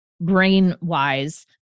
brain-wise